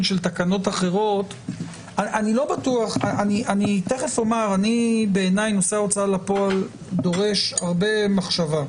של תקנות אחרות -- בעיניי נושא ההוצאה לפועל דורש הרבה מחשבה.